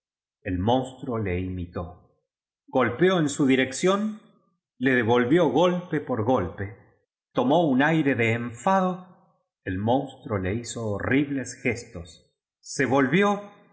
el monstruo le imitó golpeó en su dirección le devolvió golpe por golpe tomó un aire de enfa do el monstruo le hizo horribles gestos se volvió